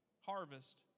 harvest